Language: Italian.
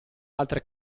altre